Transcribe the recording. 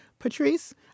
Patrice